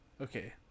Okay